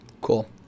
Cool